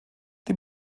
die